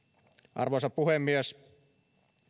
arvoisa puhemies